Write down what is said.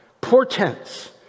portents